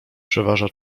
przeważa